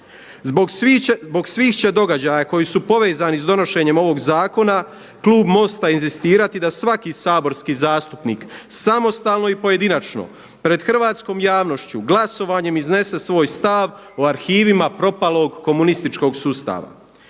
Zbog svih će događaja koji su povezani sa donošenjem ovog zakona klub MOST-a inzistirati da svaki saborski zastupnik samostalno i pojedinačno pred hrvatskom javnošću glasovanjem iznese svoj stav o arhivima propalog komunističkog sustava.